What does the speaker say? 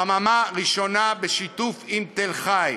חממה ראשונה בשיתוף עם תל-חי.